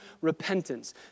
repentance